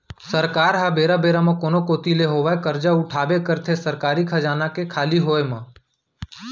सरकार ह बेरा बेरा म कोनो कोती ले होवय करजा उठाबे करथे सरकारी खजाना के खाली होय म